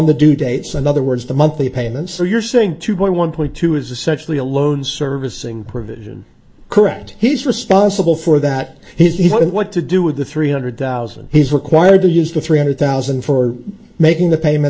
the due date so in other words the monthly payments are you're saying two point one point two is essentially a loan servicing provision correct he's responsible for that he didn't want to do with the three hundred thousand he's required to use the three hundred thousand for making the payment